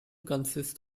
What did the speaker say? consists